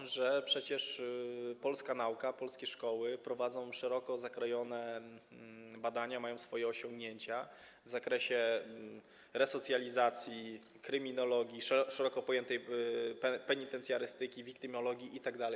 A przecież polska nauka, polskie szkoły prowadzą szeroko zakrojone badania, mają swoje osiągnięcia w zakresie resocjalizacji, kryminologii, szeroko pojętej penitencjarystyki, wiktymologii itd.